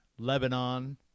Lebanon